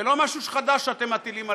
זה לא משהו חדש שאתם מטילים עליהן.